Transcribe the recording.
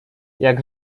jak